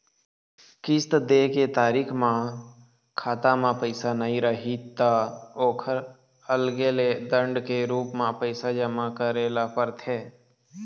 किस्त दे के तारीख म खाता म पइसा नइ रही त ओखर अलगे ले दंड के रूप म पइसा जमा करे ल परथे